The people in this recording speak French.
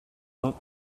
vingt